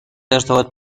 ارتباط